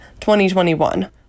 2021